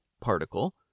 particle